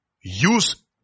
use